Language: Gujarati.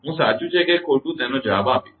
હું સાચું છે કે ખોટું છે તેનો જવાબ આપીશ